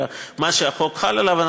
אלא על מה שהחוק חל עליו,